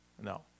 No